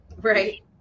right